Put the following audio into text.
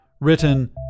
Written